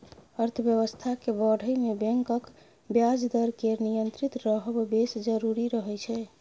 अर्थबेबस्था केँ बढ़य मे बैंकक ब्याज दर केर नियंत्रित रहब बेस जरुरी रहय छै